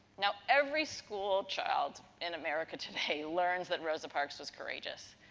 now every school child in america today learns that rosa parks was courageous.